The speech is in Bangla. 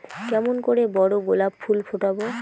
কেমন করে বড় গোলাপ ফুল ফোটাব?